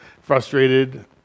frustrated